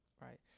Right